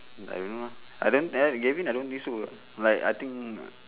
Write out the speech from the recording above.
I don't know lah I don't know know galvin I don't know think so like I think